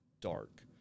dark